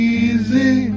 easy